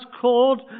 called